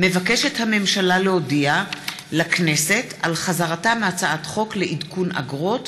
הממשלה מבקשת להודיע לכנסת על חזרתה מהצעת חוק לעדכון אגרות,